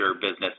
business